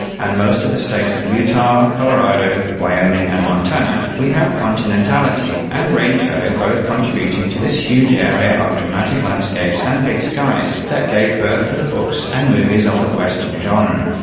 and most of the states of utah, colorado, wyoming and montana, we have continentality and rain shadow both contributing to this huge area of dramatic landscapes and big skies that gave birth to the books and movies of the western genre.